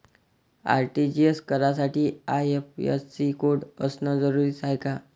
RTGS करासाठी IFSC code असनं जरुरीच हाय का?